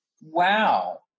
Wow